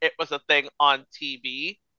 itwasathingontv